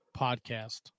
podcast